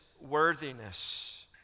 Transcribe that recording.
worthiness